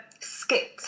Skit